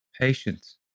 Patience